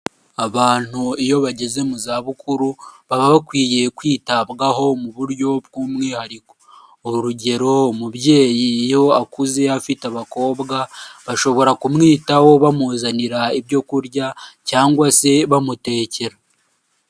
Abantu iyo bageze mu za bukuru, baba bakwiye kwitabwaho mu buryo bw'umwihariko, urugero umubyeyi iyo akuze afite abakobwa, bashobora kumwitaho bamuzanira ibyo kurya cyangwa se bamutekera.